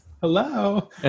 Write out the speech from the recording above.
Hello